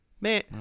Man